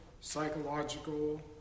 psychological